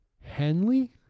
Henley